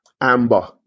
amber